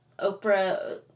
Oprah